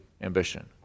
ambition